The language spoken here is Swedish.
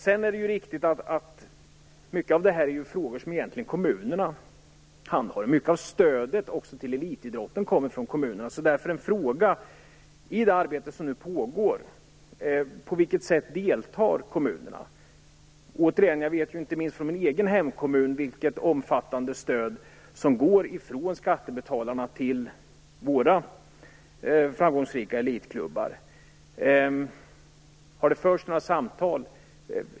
Det är riktigt att mycket av detta är frågor som kommunerna handhar, och mycket av stödet till elitidrotten kommer också från kommunerna. På vilket sätt deltar kommunerna i det arbete som nu pågår? Jag vet inte minst från min egen hemkommun vilket omfattande stöd som går från skattebetalarna till våra framgångsrika elitklubbar. Har det förts några samtal?